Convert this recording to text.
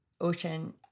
ocean